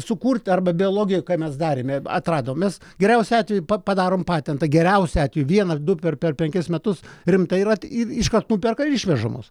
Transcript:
sukurti arba biologijoj ką mes darėme atradom mes geriausiu atveju pa padarom patentą geriausiu atveju vieną du per penkis metus rimtai rat ir iškart nuperka ir išvežamos